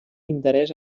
interès